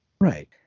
Right